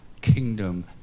Kingdom